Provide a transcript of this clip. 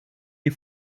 die